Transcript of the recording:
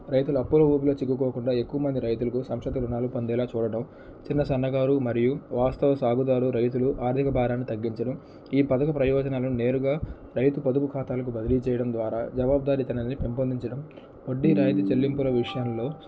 రైతుల అప్పుల ఊబిలో చిక్కుకోకుండా ఎక్కువ మంది రైతులకు సంక్షిప్త రుణాలు పొందేలా చూడడం చిన్న సన్నకారు మరియు వాస్తవ సాగుదారు రైతులు ఆర్థిక భారాన్ని తగ్గించడం ఈ పదవి ప్రయోజనాలను నేరుగా రైతు పొదుపు ఖాతాలకు బదిలీ చేయడం ద్వారా జవాబుదారీతనాన్ని పెంపొందించడం వడ్డీ రాయితీ చెల్లింపుల విషయంలో